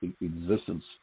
existence